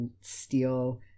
steal